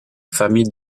famille